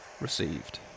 Received